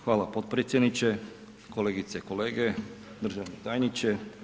Hvala potpredsjedniče, kolegice i kolege, državni tajniče.